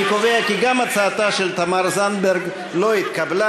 אני קובע כי גם הצעתה של תמר זנדברג לא התקבלה.